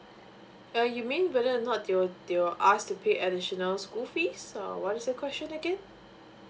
uh you mean valid or not they'll they'll ask to pay additional school fees or what is the question again